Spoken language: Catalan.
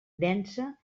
densa